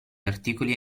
articoli